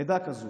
עדה כזאת,